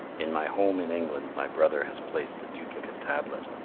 in my home in england my brother has placed a duplicate tablet,